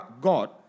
God